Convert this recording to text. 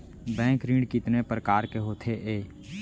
Bank ऋण कितने परकार के होथे ए?